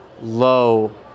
low